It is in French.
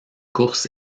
course